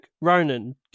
Ronan